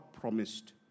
promised